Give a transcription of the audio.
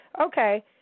Okay